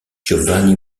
giovanni